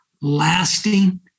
lasting